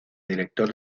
director